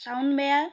sound বেয়া